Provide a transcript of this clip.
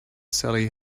sally